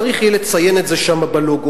צריך יהיה לציין את זה שם בלוגו.